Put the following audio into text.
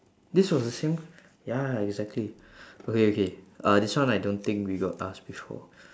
this was the same ya exactly okay okay uh this one I don't think we got ask before